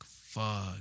fuck